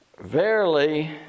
verily